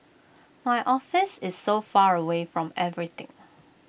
my office is so far away from everything